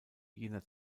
jener